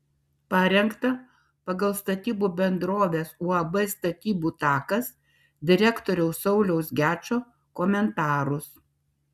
parengta pagal statybų bendrovės uab statybų takas direktoriaus sauliaus gečo komentarus